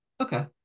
Okay